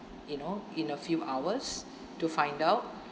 you know in a few hours to find out